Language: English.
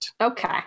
Okay